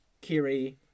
Kiri